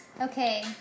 okay